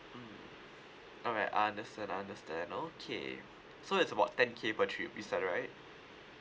mm alright I understand understand okay so it's about ten K per trip is that right